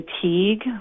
fatigue